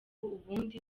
ubundi